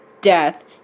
death